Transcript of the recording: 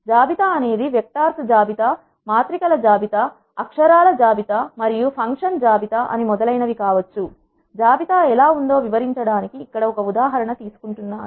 జాబితా అనేది వెక్టార్స్ జాబితా మాత్రిక ల జాబితా అక్షరాల జాబితా మరియు ఫంక్షన్ జాబితా అని మొదలైనవి కావచ్చు జాబితా ఎలా ఉందో వివరించడానికి ఇక్కడ ఒక ఉదాహరణ తీసుకుంటున్నాను